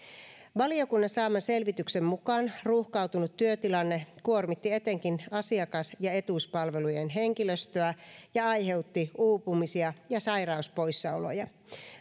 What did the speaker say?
valiokunnan saaman selvityksen mukaan ruuhkautunut työtilanne kuormitti etenkin asiakas ja etuuspalvelujen henkilöstöä ja aiheutti uupumisia ja sairauspoissaoloja